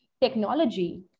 technology